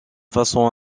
façon